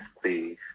please